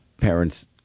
parents